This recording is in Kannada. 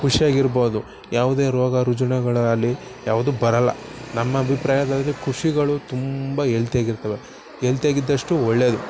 ಖುಷ್ಯಾಗ್ ಇರ್ಬೋದು ಯಾವುದೇ ರೋಗ ರುಜಿನಗಳು ಆಗ್ಲಿ ಯಾವುದೂ ಬರೋಲ್ಲ ನಮ್ಮ ಅಭಿಪ್ರಾಯಗಳಿಗೆ ಕೃಷಿಗಳು ತುಂಬ ಹೆಲ್ತಿಯಾಗಿ ಇರ್ತವೆ ಹೆಲ್ತಿಯಾಗಿ ಇದ್ದಷ್ಟು ಒಳ್ಳೆಯದು